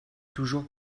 toujours